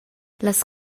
las